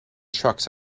trucks